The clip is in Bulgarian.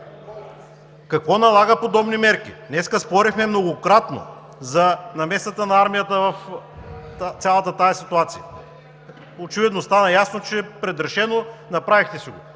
Какво налага подобни мерки? Днес спорихме многократно за намесата на армията в цялата тази ситуация. Очевидно, стана ясно, че е предрешено – направихте си го.